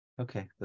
Okay